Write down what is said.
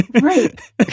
Right